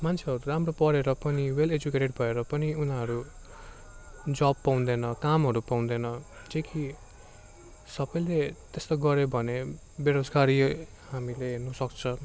मान्छेहरू राम्रो पढेर पनि वेल एजुकेटेड भएर पनि उनीहरू जब् पाउँदैन कामहरू पाउँदैन जो कि सबैले यस्तो गर्यो भने बेरोजगारी हामीले हेर्नुसक्छ